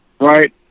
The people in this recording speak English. right